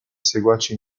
seguaci